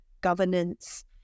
governance